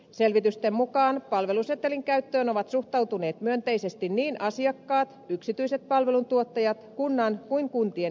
selvitysten mukaan palvelusetelin käyttöön ovat suhtautuneet myönteisesti niin asiakkaat yksityiset palveluntuottajat kunnan kuin kuntien henkilöstökin